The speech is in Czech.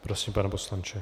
Prosím, pane poslanče.